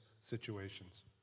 situations